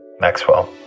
Maxwell